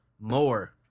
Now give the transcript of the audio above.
more